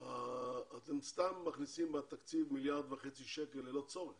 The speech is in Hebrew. אתם סתם מכניסים מהתקציב מיליארד וחצי שקלים ללא צורך